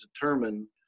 determine